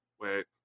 wait